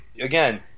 again